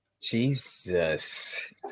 Jesus